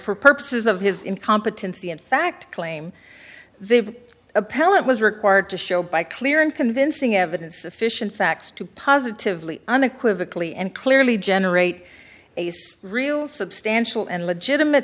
for purposes of his incompetency in fact claim they've appellant was required to show by clear and convincing evidence sufficient facts to positively unequivocally and clearly generate a real substantial and legitimate